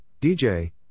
DJ